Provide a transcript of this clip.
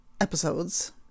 episodes